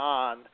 on